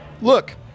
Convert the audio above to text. Look